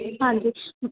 ਹਾਂਜੀ